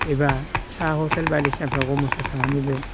एबा साहा हटेल बायदिसिनाफोराव गमस्ता थानानैबो